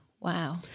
Wow